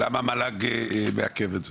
למה המל"ג מעכב את זה.